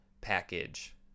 package